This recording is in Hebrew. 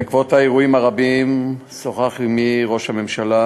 בעקבות האירועים הרבים שוחח עמי ראש הממשלה